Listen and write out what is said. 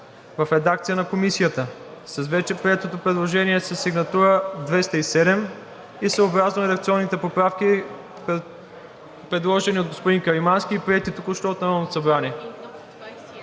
в редакция на Комисията с вече приетото предложение със сигнатура 207 и съобразно редакционните поправки, предложени от господин Каримански и приети току-що от Народното събрание,